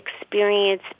experience